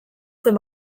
zen